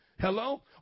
Hello